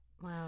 Wow